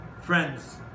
friends